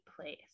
place